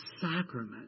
sacrament